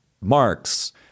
Marx